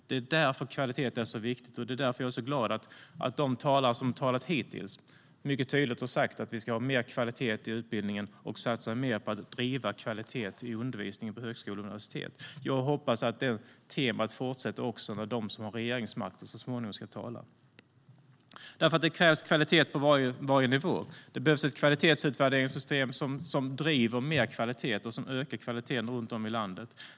Det är därför kvalitet är så viktigt, och det är därför jag är så glad att de talare som har talat hittills mycket tydligt har sagt att vi ska ha mer kvalitet i utbildningen och satsa mer på att driva kvalitet i undervisningen på högskolor och universitet. Jag hoppas att detta tema fortsätter också när de som har regeringsmakten så småningom ska tala. Det krävs kvalitet på varje nivå. Det behövs ett kvalitetsutvärderingssystem som driver mer kvalitet och som ökar kvaliteten runt om i landet.